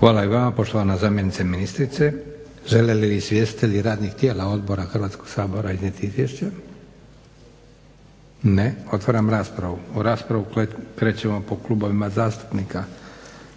Hvala i vama poštovana zamjenice ministrice. Žele li izvjestitelji radnih tijela odbora Hrvatskoga sabora iznijeti izvješće? Ne. Otvaram raspravu. U raspravu krećemo po klubovima zastupnika.